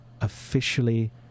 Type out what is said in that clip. officially